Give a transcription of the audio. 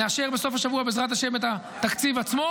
נאשר בסוף השבוע בעזרת השם את התקציב עצמו.